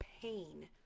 pain